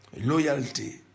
loyalty